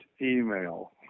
email